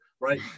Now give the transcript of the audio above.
right